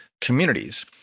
communities